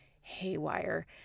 haywire